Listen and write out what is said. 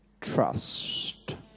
trust